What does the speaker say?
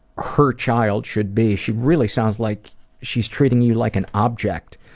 her child should be. she really sounds like she's treating you like an object